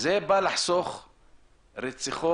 זה בא לחסוך רציחות